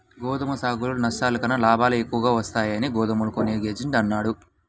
గోధుమ సాగులో నష్టాల కన్నా లాభాలే ఎక్కువగా వస్తాయని గోధుమలు కొనే ఏజెంట్ అన్నాడు